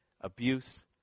abuse